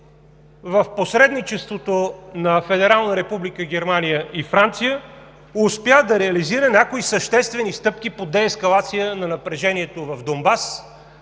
с посредничеството на Федерална република Германия и Франция успя да реализира някои съществени стъпки по деескалация на напрежението в Донбас,